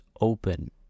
open